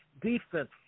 defense